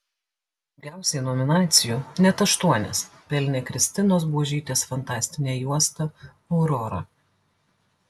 daugiausiai nominacijų net aštuonias pelnė kristinos buožytės fantastinė juosta aurora